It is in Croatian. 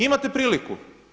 Imate priliku.